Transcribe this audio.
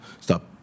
stop